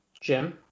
Jim